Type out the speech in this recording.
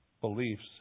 beliefs